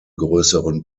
größeren